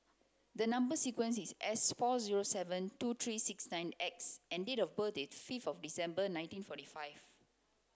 the number sequence is S four zero seven two three six nine X and date of birth is fifth of December nineteen forty five